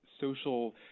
social